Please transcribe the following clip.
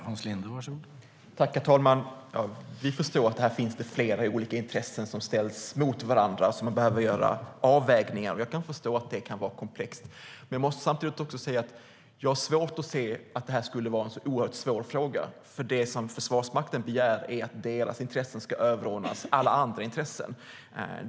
Herr talman! Vi förstår att det finns flera olika intressen som ställs emot varandra där man behöver göra avvägningar. Jag kan förstå att det kan vara komplext, men jag har samtidigt svårt att se att detta skulle vara en oerhört svår fråga. Det som Försvarsmakten begär är att deras intressen ska överordnas alla andra intressen.